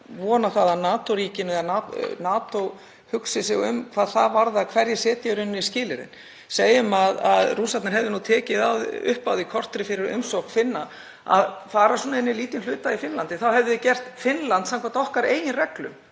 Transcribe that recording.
vona það að NATO-ríkin eða NATO hugsi sig um hvað það varðar hverjir setja í rauninni skilyrðin. Segjum að Rússarnir hefðu tekið upp á því korteri fyrir umsókn Finna að fara inn í lítinn hluta í Finnlandi. Þá hefðu þeir gert Finnland, samkvæmt okkar eigin reglum,